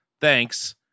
Thanks